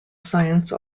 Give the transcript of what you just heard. science